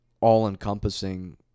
all-encompassing